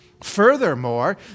Furthermore